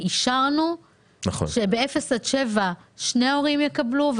אישרנו שביישובים שהם מ-0 עד 7 קילומטרים שני ההורים יקבלו,